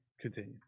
Continue